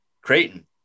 Creighton